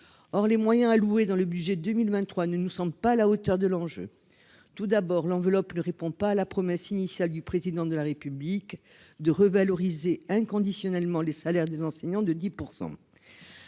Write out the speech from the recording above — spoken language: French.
or les moyens alloués dans le budget 2023 ne nous semble pas à la hauteur de l'enjeu, tout d'abord l'enveloppe ne répond pas à la promesse initiale du président de la République de revaloriser inconditionnellement les salaires des enseignants de 10